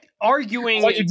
arguing